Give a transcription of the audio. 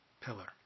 pillar